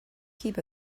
keep